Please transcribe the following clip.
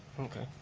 okay.